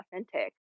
authentic